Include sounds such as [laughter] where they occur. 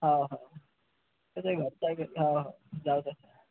हो हो [unintelligible] हो हो जाऊ द्या